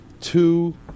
two